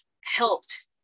helped